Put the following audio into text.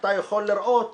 שאתה תוכל לראות